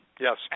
yes